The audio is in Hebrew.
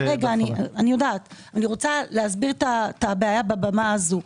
אני רוצה להסביר את הבעיה בבמה הזו.